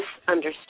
misunderstood